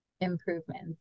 improvements